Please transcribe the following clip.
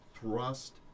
thrust